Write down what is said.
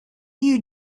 you